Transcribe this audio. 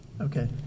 Okay